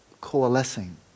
coalescing